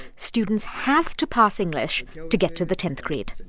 students have to pass english to get to the tenth grade.